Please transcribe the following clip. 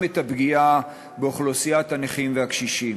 את הפגיעה באוכלוסיית הנכים והקשישים.